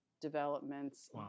developments